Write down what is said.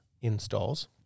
installs